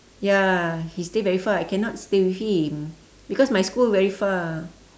ya he stay very far I cannot stay with him because my school very far